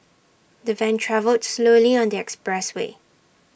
the van travelled slowly on the expressway